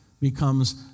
becomes